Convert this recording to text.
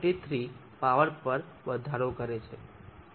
33 power પર વધારો કરે છે